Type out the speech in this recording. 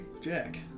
Jack